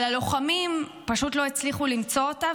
אבל הלוחמים פשוט לא הצליחו למצוא אותה,